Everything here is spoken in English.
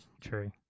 True